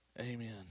Amen